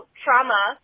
trauma